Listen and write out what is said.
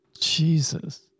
Jesus